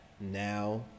now